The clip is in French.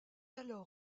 alors